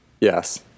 Yes